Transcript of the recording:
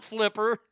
Flipper